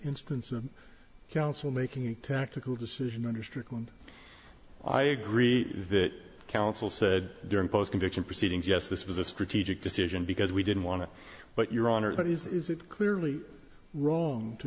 instance of counsel making a tactical decision under strickland i agree that counsel said during post conviction proceedings yes this was a strategic decision because we didn't want to but your honor but is it clearly wrong to